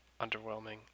underwhelming